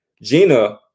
Gina